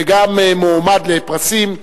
וגם מועמד לפרסים בין-לאומיים.